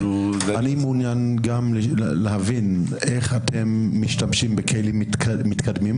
אני גם מעוניין להבין איך אתם משתמשים בכלים מתקדמים,